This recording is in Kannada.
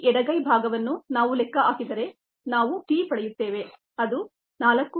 ಈ ಎಡಗೈ ಭಾಗವನ್ನು ನಾವು ಲೆಕ್ಕ ಹಾಕಿದರೆ ನಾವು t ಪಡೆಯುತ್ತೇವೆ ಅದು 4